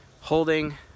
holding